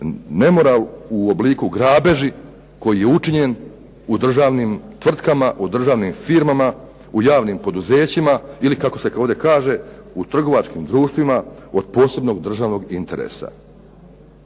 nemoral u obliku grabeži koji je učinjen u državnim tvrtkama, u državnim firmama, u javnim poduzećima ili kako se ovdje kaže u trgovačkim društvima od posebnog državnog interesa.